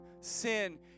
sin